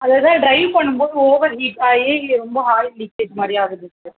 அதுதான் ட்ரைவ் பண்ணும்போது ஓவர் ஹீட்டாகி ரொம்ப ஆயில் லீக்கேஜ் மாதிரி ஆகுது சார்